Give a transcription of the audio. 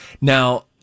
Now